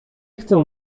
chcę